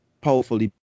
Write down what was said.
powerfully